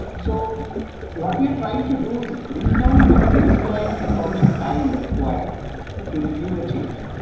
so what we are trying to do is bring down the baseline atomic time required to review a change.